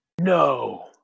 no